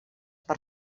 per